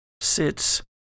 sits